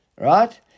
Right